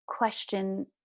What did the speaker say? question